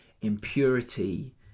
impurity